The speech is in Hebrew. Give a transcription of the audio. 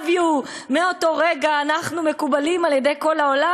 you" מאותו רגע אנחנו מקובלים על-ידי כל העולם.